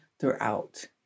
throughout